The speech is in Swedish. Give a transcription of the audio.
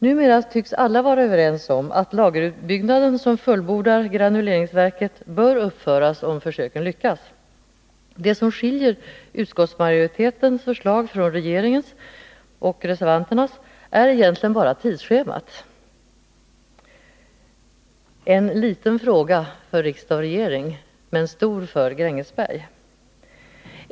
Numera tycks alla vara överens om att lagerbyggnaden som fullbordar granuleringsverket bör uppföras om försöken lyckas. Det som skiljer utskottsmajoritetens förslag från regeringens och reservanternas är egentligen bara tidsschemat — en liten fråga för riksdag och regering, men en stor fråga för Grängesberg.